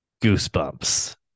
goosebumps